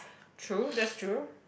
true that's true